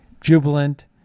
jubilant